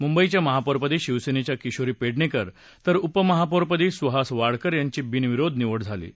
मुंबईच्या महापौरपदी शिवसेनेच्या किशोरी पेडणेकर तर उपमहापौरपदी सुहास वाडकर यांची बिनविरोध निवड झाली आहे